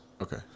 Okay